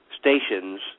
stations